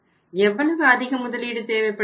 எவ்வளவு அதிக முதலீடு தேவைப்படுகிறது